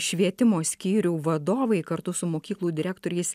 švietimo skyrių vadovai kartu su mokyklų direktoriais